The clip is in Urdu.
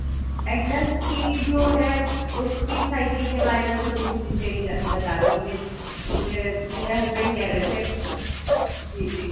ایٹلس کی جو ہے اس کی سائیکل کے بارے میں تھوڑی سی ڈیٹیل بتا دیجیے کیونکہ میرے ہسبینڈ کہہ رہے تھے جی جی